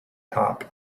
top